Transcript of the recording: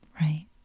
right